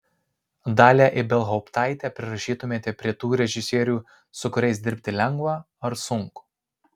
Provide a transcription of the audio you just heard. dalią ibelhauptaitę prirašytumėte prie tų režisierių su kuriais dirbti lengva ar sunku